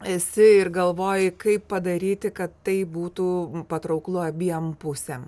esi ir galvoji kaip padaryti kad tai būtų patrauklu abiem pusėm